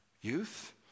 Youth